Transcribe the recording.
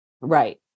Right